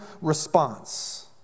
response